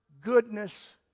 goodness